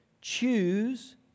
choose